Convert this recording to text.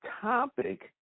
topic